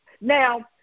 Now